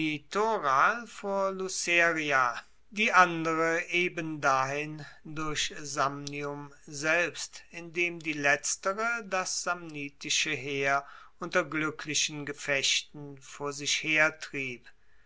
die andere ebendahin durch samnium selbst indem die letztere das samnitische heer unter gluecklichen gefechten vor sich her